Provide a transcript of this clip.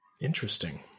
Interesting